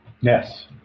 Yes